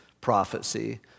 prophecy